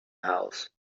house